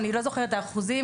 אני לא זוכרת אחוזים,